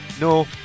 no